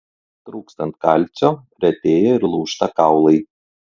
trūkstant kalcio retėja ir lūžta kaulai